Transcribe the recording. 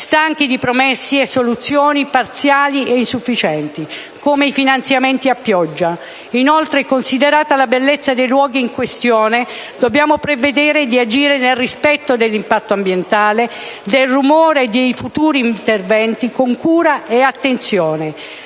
stanchi di promesse e soluzioni parziali e insufficienti, come i finanziamenti a pioggia. Inoltre, considerata la bellezza dei luoghi in questione, dobbiamo prevedere di agire nel rispetto dell'impatto ambientale e del rumore dei futuri interventi. Con cura e attenzione